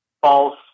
false